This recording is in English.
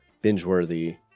Binge-worthy